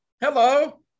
Hello